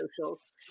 socials